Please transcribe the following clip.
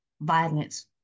violence